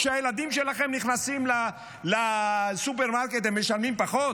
כשהילדים שלכם נכנסים לסופרמרקט, הם משלמים פחות?